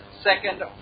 second